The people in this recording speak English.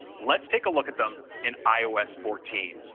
let's take a look at them in ios fourteen.